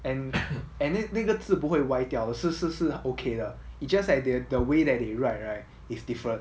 and and 那那个字不会歪掉的是是是 okay 的 it just like they are the way that they write right is different